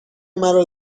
مرا